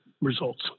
results